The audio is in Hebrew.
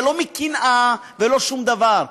זה לא מקנאה ולא שום דבר,